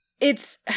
It's-